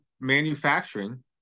manufacturing